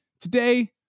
today